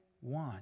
one